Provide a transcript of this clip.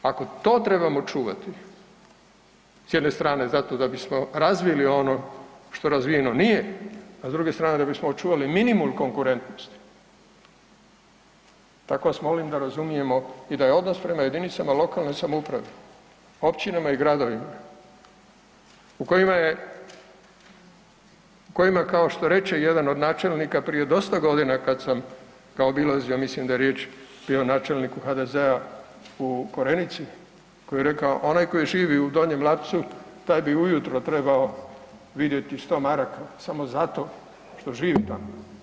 Ako to trebamo čuvati s jedne strane zato da bismo razvili ono što razvijeno nije, a s druge strane da bismo očuvali minimum konkurentnosti, tako vas molim da razumijemo i da je odnos prema jedinicama lokalne samouprave, općinama i gradovima u kojima je kao što reče jedan od načelnika prije dosta godina kad sam ga obilazio, mislim da je riječ bilo o načelniku HDZ-a u Korenici, koji je rekao onaj živi u Donjem Lapcu taj bi ujutro trebao vidjeti 100 maraka samo zato što živi tamo.